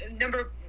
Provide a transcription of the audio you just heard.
number